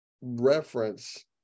reference